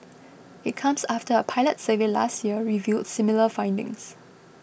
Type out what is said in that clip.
it comes after a pilot survey last year revealed similar findings